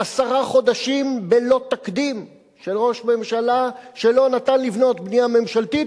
עשרה חודשים בלא תקדים של ראש ממשלה שלא נתן לבנות בנייה ממשלתית